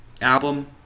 album